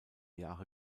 jahre